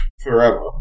forever